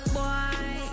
Boy